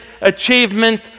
achievement